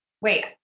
wait